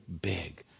big